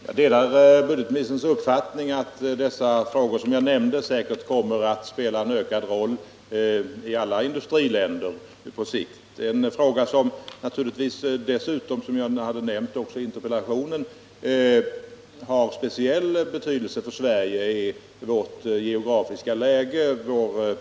Herr talman! Jag delar budgetministerns uppfattning att de frågor jag nämnde säkert kommer att på sikt spela en ökad roll i alla industriländer. En fråga som jag tog upp i interpellationen och som har särskild betydelse för Sverige är Sveriges geografiska läge, vår